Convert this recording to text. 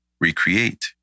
recreate